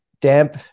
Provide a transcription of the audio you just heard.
damp